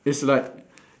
it's like